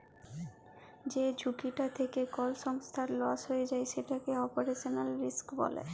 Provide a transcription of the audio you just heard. যে ঝুঁকিটা থ্যাকে কল সংস্থার লস হঁয়ে যায় সেটকে অপারেশলাল রিস্ক ব্যলে